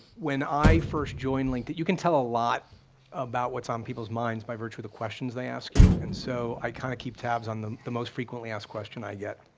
when i first joined linkedin, you can tell a lot about what's on people's minds by virtue of the questions they ask you, and so i kind of keep tabs on the the most frequently asked question i get,